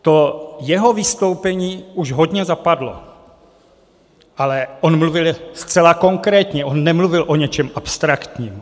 To jeho vystoupení už hodně zapadlo, ale on mluvil zcela konkrétně, on nemluvil o něčem abstraktním.